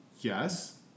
Yes